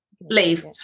leave